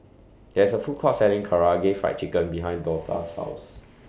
There IS A Food Court Selling Karaage Fried Chicken behind Dortha's House